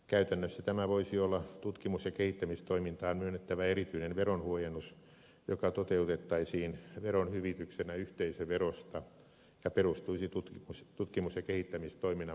käytännössä tämä voisi olla tutkimus ja kehittämistoimintaan myönnettävä erityinen veronhuojennus joka toteutettaisiin veronhyvityksenä yhteisöverosta ja perustuisi tutkimus ja kehittämistoiminnan palkkamenoihin